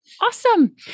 Awesome